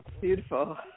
Beautiful